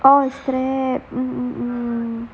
oh strap